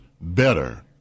better